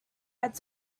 that